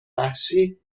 وحشی